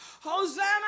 Hosanna